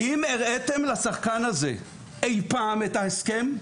האם הראיתם לשחקן הזה אי פעם את ההסכם?